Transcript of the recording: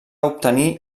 obtenir